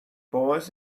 boys